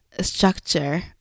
structure